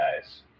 guys